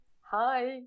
hi